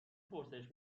پرسش